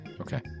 Okay